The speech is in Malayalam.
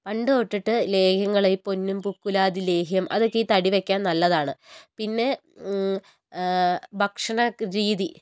പണ്ട് തൊട്ടിട്ട് ലേഹ്യങ്ങൾ ഈ പൊന്നും പൂക്കുലാദി ലേഹ്യം അതൊക്കെ ഈ തടി വെക്കാൻ നല്ലതാണ് പിന്നെ ഏ ഭക്ഷണ രീതി